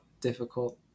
difficult